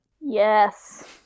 Yes